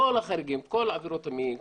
כל עבירות המין,